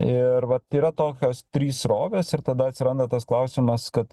ir vat yra tokios trys srovės ir tada atsiranda tas klausimas kad